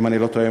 אם אני לא טועה,